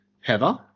Heather